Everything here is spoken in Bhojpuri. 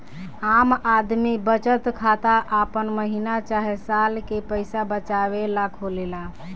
आम आदमी बचत खाता आपन महीना चाहे साल के पईसा बचावे ला खोलेले